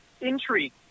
intrigue